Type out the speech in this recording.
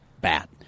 bat